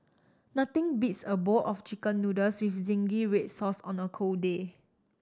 nothing beats a bowl of Chicken Noodles with zingy red sauce on a cold day